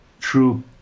true